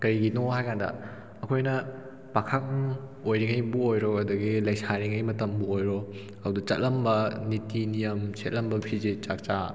ꯀꯩꯒꯤꯅꯣ ꯍꯥꯏꯀꯥꯟꯗ ꯑꯩꯈꯣꯏꯅ ꯄꯥꯈꯪ ꯑꯣꯏꯔꯤꯉꯩꯕꯨ ꯑꯣꯏꯔꯣ ꯑꯗꯒꯤ ꯂꯩꯁꯥꯔꯤꯉꯩ ꯃꯇꯝꯕꯨ ꯑꯣꯏꯔꯣ ꯑꯗꯨꯗ ꯆꯠꯂꯝꯕ ꯅꯤꯇꯤ ꯅꯤꯌꯝ ꯁꯦꯠꯂꯝꯕ ꯐꯤꯖꯦꯠ ꯆꯥꯛꯆꯥ